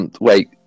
Wait